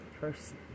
person